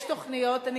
יש תוכניות, מה שמו?